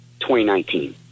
2019